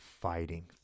fighting